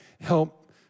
help